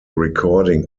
recording